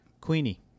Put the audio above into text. Queenie